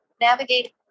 navigate